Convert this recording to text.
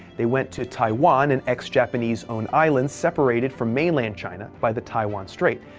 they went to taiwan, an ex-japanese owned island separated from mainland china by the taiwan strait.